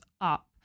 up